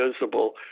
visible